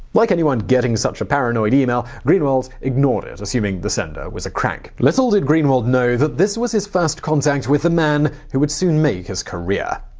like anyone getting such a paranoid email, greenwald ignored it, assuming the sender was a crank. little did greenwald know this was his first contact with the man who'd soon make his career.